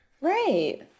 Right